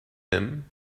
him